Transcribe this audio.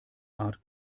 art